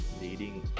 leading